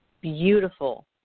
beautiful